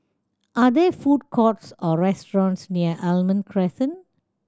are there food courts or restaurants near Almond Crescent